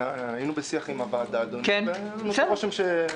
היינו בשיח עם הוועדה ועושה רושם שנדון.